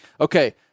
Okay